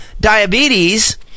diabetes